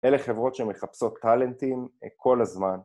אלה חברות שמחפשות טלנטים כל הזמן.